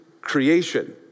creation